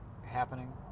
happening